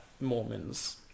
Mormons